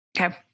Okay